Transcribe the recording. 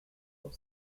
for